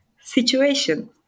situation